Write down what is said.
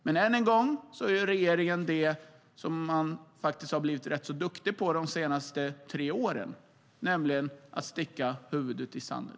Men än en gång gör regeringen det som den faktiskt har blivit rätt så duktig på under de senaste tre åren, nämligen att sticka huvudet i sanden.